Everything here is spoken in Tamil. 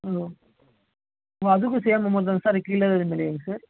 ம் ஓ அதுக்கும் சேம் அமௌண்ட்டு தானா சார் கீழே எதுவும் இல்லையாங்க சார்